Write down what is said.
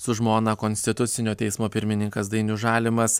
su žmona konstitucinio teismo pirmininkas dainius žalimas